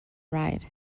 ride